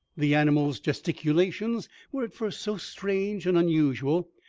the animal's gesticulations were at first so strange and unusual,